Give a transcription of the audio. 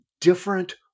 different